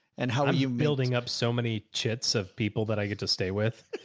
and how have you building up so many chits of people that i get to stay with.